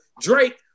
Drake